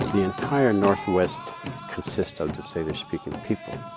the entire northwest consists of the salish speaking people,